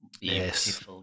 Yes